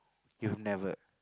you've never